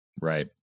right